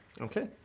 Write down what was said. Okay